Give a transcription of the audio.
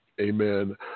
amen